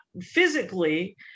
physically